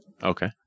Okay